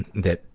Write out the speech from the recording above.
and that,